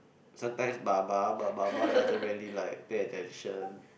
sometimes baba but baba doesn't really like pay attention